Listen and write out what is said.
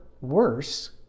worse